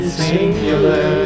singular